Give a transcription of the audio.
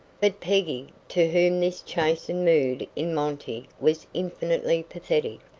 but peggy, to whom this chastened mood in monty was infinitely pathetic,